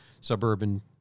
Suburban